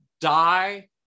die